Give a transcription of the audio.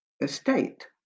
Estate